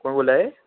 कुन्न बोला दे